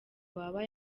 waba